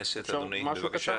אדוני היושב-ראש.